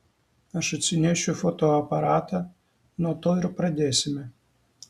aš atsinešiu fotoaparatą nuo to ir pradėsime